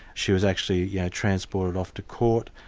she was actually yeah transported off to court,